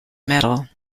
medal